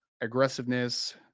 aggressiveness